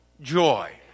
joy